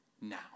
now